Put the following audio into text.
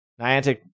niantic